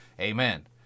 Amen